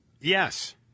Yes